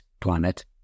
climate